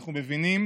אנחנו מבינים